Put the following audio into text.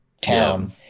town